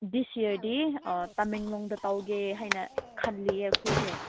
this ꯏꯌꯥꯔꯗꯤ ꯇꯃꯦꯡꯂꯣꯡꯗ ꯇꯧꯒꯦ ꯍꯥꯏꯅ ꯈꯜꯂꯤꯌꯦ ꯑꯩꯈꯣꯏꯁꯦ